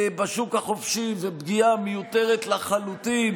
בשוק החופשי ופגיעה מיותרת לחלוטין